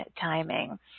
timing